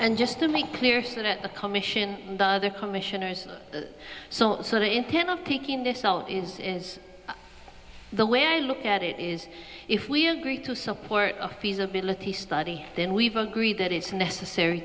and just to make clear so that the commission the other commissioners so so the intent of taking this all the way i look at it is if we agree to support a feasibility study then we've agreed that it's necessary